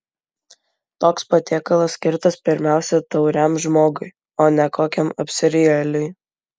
toks patiekalas skirtas pirmiausia tauriam žmogui o ne kokiam apsirijėliui